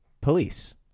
police